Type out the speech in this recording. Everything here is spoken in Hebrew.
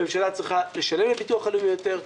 הממשלה צריכה לשלם לביטוח הלאומי יותר.